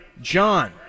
John